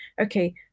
okay